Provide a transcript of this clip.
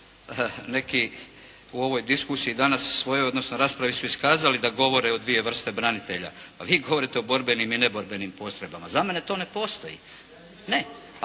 neki u ovoj diskusiji danas svojoj odnosno raspravi su iskazali da govore o dvije vrste branitelja. Pa vi govorite o borbenim i neborbenim postrojbama. Za mene to ne postoji. Ne.